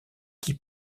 qui